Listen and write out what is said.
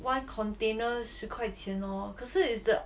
one container 十块钱 lor 可是 is the